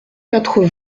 quatre